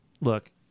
look